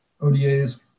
ODAs